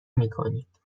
میکنید